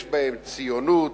שיש בהם ציונות,